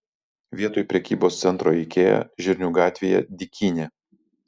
vietoj prekybos centro ikea žirnių gatvėje dykynė